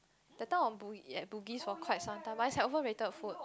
that time on at Bugis for quite some time but is like overrated food